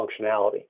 functionality